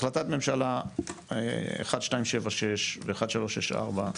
החלטת ממשלה 1276 ו-1364,